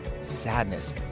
sadness